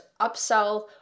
upsell